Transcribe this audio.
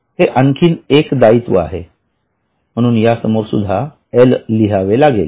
हे आणखी एक दायित्व आहे म्हणून या समोरसुद्धा एल लिहावे लागेल